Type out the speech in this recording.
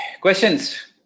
questions